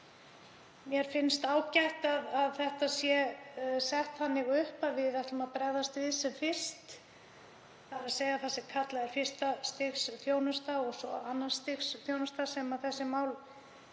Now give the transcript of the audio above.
Mér finnst ágætt að það sé sett þannig upp að við ætlum að bregðast við sem fyrst, þ.e. með því sem kallað er fyrsta stigs þjónusta og svo annars stigs þjónusta, sem þessi mál